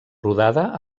rodada